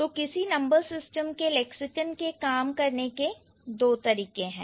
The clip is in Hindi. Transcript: तो किसी नंबर सिस्टम के लैक्सिकन के काम करने के ये दो तरीके हैं